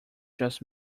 just